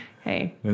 Hey